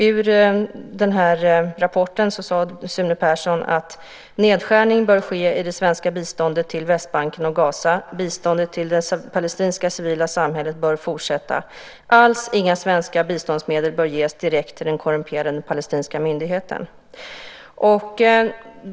I sin rapport säger nämligen Sune Persson att "nedskärning bör ske i det svenska biståndet till Västbanken och Gaza. Biståndet till det palestinska civila samhället bör fortsätta. Alls inga svenska biståndsmedel bör ges direkt till den korrumperade Palestinska Myndigheten."